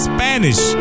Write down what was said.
Spanish